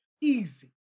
Easy